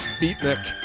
Beatnik